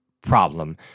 problem